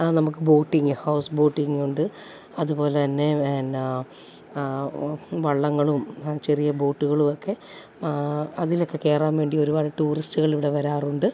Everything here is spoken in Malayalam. നമുക്ക് ബോട്ടിങ്ങ് ഹൗസ് ബോട്ടിങ്ങുണ്ട് അതുപോലെ തന്നെ പിന്നെ ഓഹ് വള്ളങ്ങളും ചെറിയ ബോട്ടുകളും ഒക്കെ അതിലൊക്കെ കയറാൻ വേണ്ടി ഒരുപാട് ടൂറിസ്റ്റുകൾ ഇവിടെ വരാറുണ്ട്